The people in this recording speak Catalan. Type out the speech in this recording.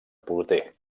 porter